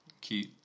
cute